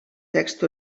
text